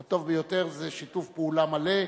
הטוב ביותר זה שיתוף פעולה מלא,